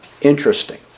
interesting